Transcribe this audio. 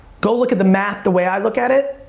go look at the math the way i look at it.